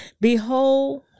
Behold